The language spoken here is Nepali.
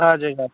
हजुर हजुर